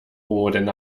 boden